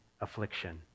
affliction